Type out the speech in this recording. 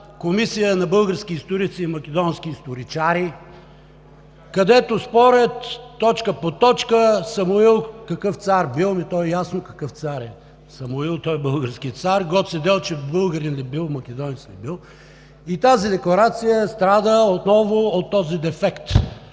комисия на български историци и македонски историчари, където спорят точка по точка Самуил какъв цар бил. Ами, то е ясно какъв цар е Самуил – той е български цар! Гоце Делчев българин ли бил, македонец ли бил? Тази декларация страда отново от този дефект.